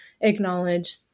acknowledge